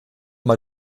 mal